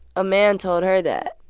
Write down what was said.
a man told her that,